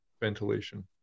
ventilation